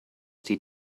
die